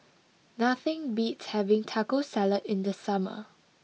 nothing beats having Taco Salad in the summer